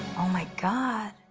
oh, my god.